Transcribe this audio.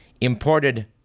imported